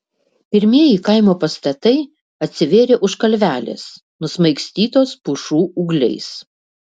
pirmieji kaimo pastatai atsivėrė už kalvelės nusmaigstytos pušų ūgliais